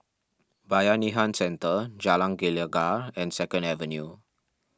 Bayanihan Centre Jalan Gelegar and Second Avenue